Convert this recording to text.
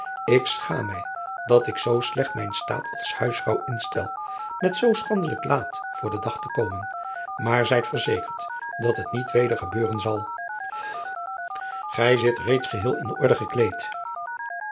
ik schaam mij dat ik zoo slecht mijn staat als huisvrouw instel met zoo schandelijk laat voor den dag te komen maar zijt driaan oosjes zn et leven van aurits ijnslager verzekerd dat het niet weder gebeuren zal ij zit reeds geheel in orde gekleed